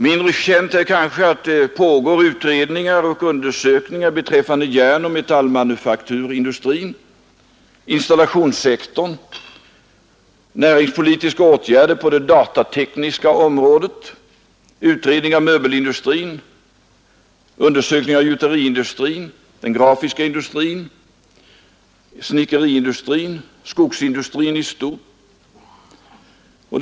Mindre känt är kanske att det pågår utredningar och undersökningar beträffande järnoch metallmanufakturindustrin, installationssektorn, näringspolitiska åtgärder på det datatekniska området, utredning om möbelindustrin, undersökningar av gjuteriindustrin, den grafiska industrin, snickeriindustrin, skogsindustrin i stort.